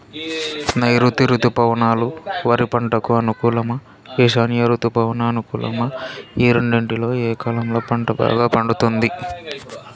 నైరుతి రుతుపవనాలు వరి పంటకు అనుకూలమా ఈశాన్య రుతుపవన అనుకూలమా ఈ రెండింటిలో ఏ కాలంలో పంట బాగా పండుతుంది?